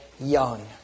young